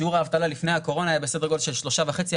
שיעור האבטלה לפני הקורונה היה בסדר גודל של 4%-3.5%,